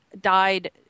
died